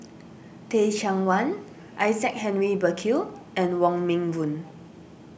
Teh Cheang Wan Isaac Henry Burkill and Wong Meng Voon